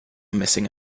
missing